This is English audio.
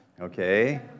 okay